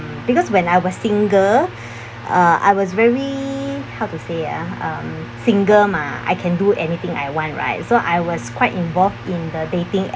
because when I was single uh I was very how to say ah um single mah I can do anything I want right so I was quite involved in the dating